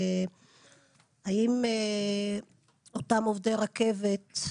האם אותם עובדי רכבת,